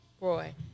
Roy